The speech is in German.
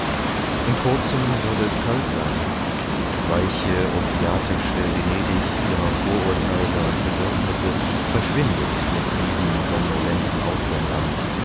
in kurzem würde es kalt sein das weiche opiatische venedig ihrer vorurteile und bedürfnisse verschwindet mit diesen somnolenten ausländern